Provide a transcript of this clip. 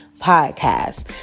Podcast